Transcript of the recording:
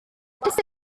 ese